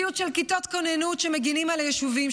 מציאות של כיתות כוננות שמגינות על היישובים,